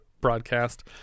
broadcast